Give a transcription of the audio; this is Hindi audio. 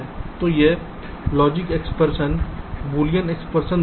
तो यह लॉजिक एक्सप्रेशन बूलियन एक्सप्रेशन देता है